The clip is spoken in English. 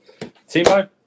Timo